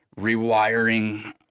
rewiring